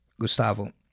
Gustavo